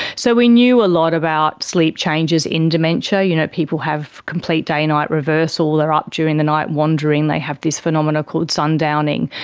so we knew a lot about sleep changes in dementia, you know, people have complete day night reversal, there are up during the night wandering, they have this phenomena called sun-downing.